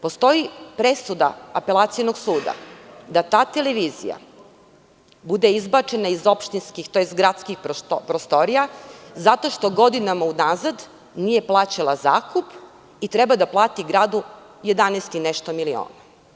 Postoji presuda apelacionog suda da ta televizija bude izbačena iz opštinskim, tj. gradskih prostorija, zato što godinama unazad nije plaćala zakup i treba da plati gradu 11 i nešto miliona.